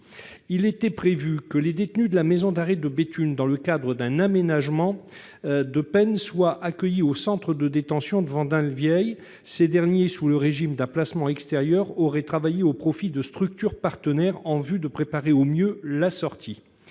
Il était prévu que des détenus de la maison d'arrêt de Béthune, dans le cadre d'un aménagement de peine, soient accueillis au centre de détention de Vendin-le-Vieil. Ces derniers, sous le régime d'un placement extérieur, auraient travaillé au profit de structures partenaires en vue de les préparer au mieux à la sortie.